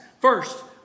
First